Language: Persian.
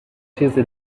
چیزه